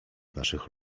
naszych